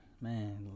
man